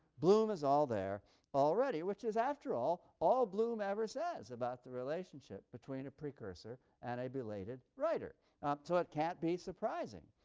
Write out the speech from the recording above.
bloom is all there already, which is, after all, all bloom ever says about the relationship between a precursor and a belated writer so it can't be surprising,